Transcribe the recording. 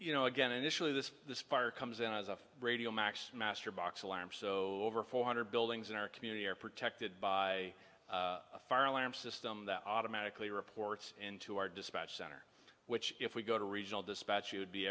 you know again initially this this fire comes in as a radio max master box alarm so over four hundred buildings in our community are protected by a fire alarm system that automatically reports into our dispatch center which if we go to regional dispatch you